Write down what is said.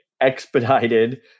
expedited